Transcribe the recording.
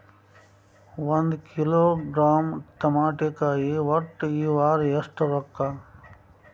ಒಂದ್ ಕಿಲೋಗ್ರಾಂ ತಮಾಟಿಕಾಯಿ ಒಟ್ಟ ಈ ವಾರ ಎಷ್ಟ ರೊಕ್ಕಾ?